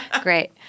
Great